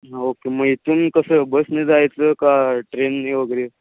हां ओके मग इथून कसं बसने जायचं का ट्रेनने वगैरे